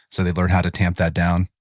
so they learn how to tamp that down?